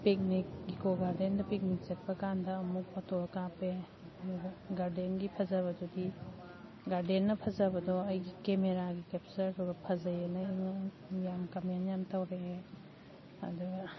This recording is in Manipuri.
ꯄꯤꯛꯅꯤꯛ ꯏꯀꯣ ꯒꯥꯔꯗꯦꯟꯗ ꯄꯤꯛꯅꯤꯛ ꯆꯠꯄ ꯀꯥꯟꯗ ꯑꯃꯨꯛ ꯐꯣꯇꯣ ꯀꯥꯞꯄꯦ ꯑꯗꯨꯗ ꯒꯥꯔꯗꯦꯟꯒꯤ ꯐꯖꯕꯗꯨꯗꯤ ꯒꯥꯔꯗꯦꯟꯅ ꯐꯖꯕꯗꯣ ꯑꯩꯒꯤ ꯀꯦꯃꯦꯔꯥꯒꯤ ꯀꯦꯞꯆꯔꯗꯨꯒ ꯐꯖꯩꯑꯅ ꯌꯥꯝ ꯀꯃꯦꯟ ꯌꯥꯝ ꯇꯧꯔꯛꯑꯦ ꯑꯗꯨꯒ